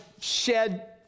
shed